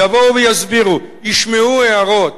יבואו ויסבירו, ישמעו הערות.